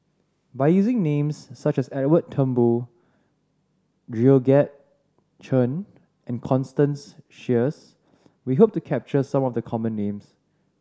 by using names such as Edwin Thumboo Georgette Chen and Constance Sheares we hope to capture some of the common names